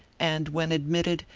and when admitted,